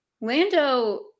Lando